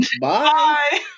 Bye